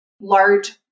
large